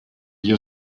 gli